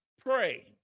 pray